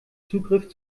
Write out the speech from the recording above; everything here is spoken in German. zugriff